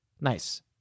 nice